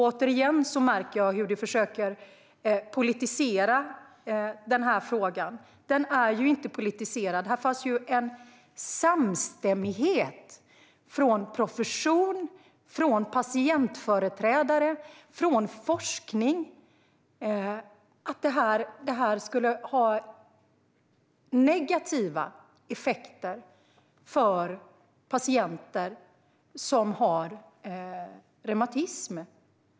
Återigen märker jag hur han försöker politisera frågan. Den är ju inte politiserad. Det fanns en samstämmighet från profession, patientföreträdare och forskning om att detta skulle få negativa effekter för patienter som har reumatism.